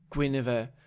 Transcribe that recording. Guinevere